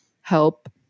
help